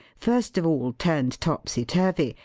first of all turned topsy-turvy,